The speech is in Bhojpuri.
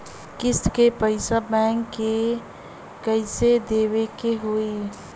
किस्त क पैसा बैंक के कइसे देवे के होई?